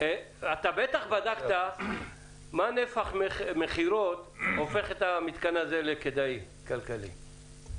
אתה בטח בדקת איזה נפח של מכירות הופך את המתקן הזה לכדאי כלכלית.